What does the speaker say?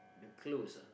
the close ah